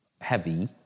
heavy